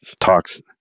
talks